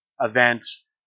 events